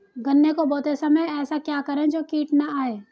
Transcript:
गन्ने को बोते समय ऐसा क्या करें जो कीट न आयें?